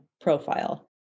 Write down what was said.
profile